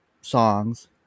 songs